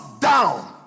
down